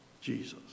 Jesus